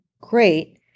great